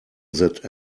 that